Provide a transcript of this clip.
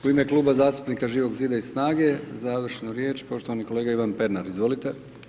U ime Kluba zastupnika Živog Zida i SNAGA-e, završnu riječ poštovani kolega Ivan Pernar, izvolite.